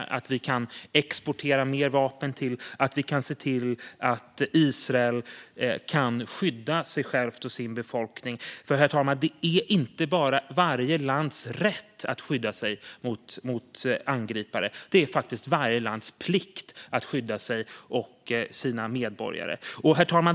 Vi måste kunna exportera mer vapen till Israel för att se till att landet kan skydda sig självt och sin befolkning. Det är ju inte bara varje lands rätt att skydda sig mot angripare, herr talman, utan det är faktiskt varje lands plikt att skydda sig och sina medborgare. Herr talman!